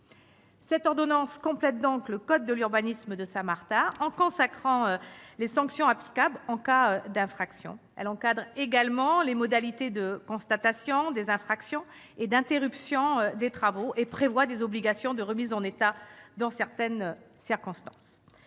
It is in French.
L'ordonnance complète le code de l'urbanisme de Saint-Martin en consacrant les sanctions applicables en cas d'infraction. Elle encadre également les modalités de constatation des infractions et d'interruption des travaux et prévoit des obligations de remise en état dans certaines circonstances.